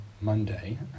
Monday